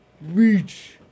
reach